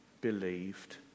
believed